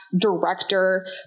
director